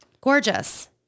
Gorgeous